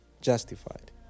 justified